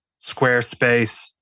Squarespace